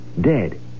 Dead